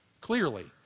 clearly